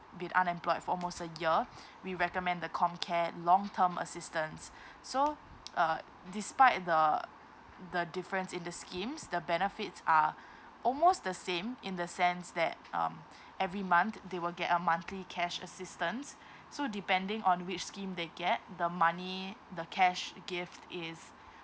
been unemployed for almost a year we recommend the comcare long term assistance so uh despite the the difference in the schemes the benefits are almost the same in the sense that um every month they will get a monthly cash assistance so depending on which scheme they get the money the cash gift is